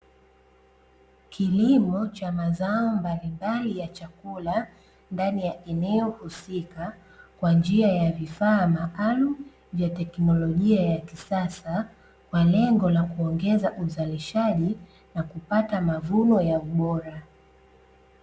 Kilimo cha mazao mbalimbali ya chakula ndani ya eneo husika kwa njia ya vifaa maalumu vya teknolojia ya kisasa kwa lengo la kuongeza uzalishaji na kupata mavuno ya ubora.